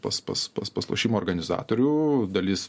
pas pas pas pas lošimų organizatorių dalis